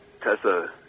Tessa